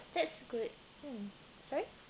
that's good mm sorry